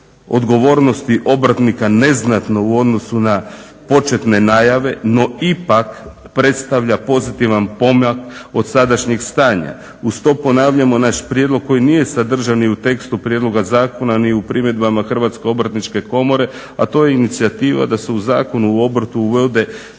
odgovornosti obrtnika neznatno u odnosu na početne najave, no ipak predstavlja pozitivan pomak od sadašnjeg stanja." Uz to ponavljamo naš prijedlog koji nije sadržan ni u tekstu prijedlogu zakona ni u primjedbama Hrvatske obrtničke komore, a to je inicijativa da se u Zakon o obrtu uvede,